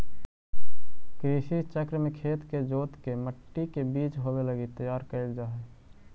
कृषि चक्र में खेत के जोतके मट्टी के बीज बोवे लगी तैयार कैल जा हइ